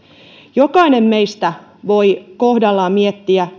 jokainen meistä voi kohdallaan miettiä